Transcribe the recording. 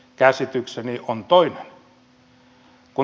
käsitykseni on toinen